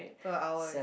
per hour